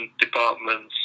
departments